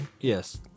Yes